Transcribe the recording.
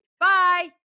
Bye